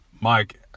Mike